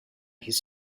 his